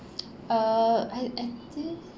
uh I I think